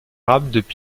considérable